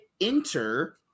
enter